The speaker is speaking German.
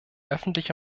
öffentliche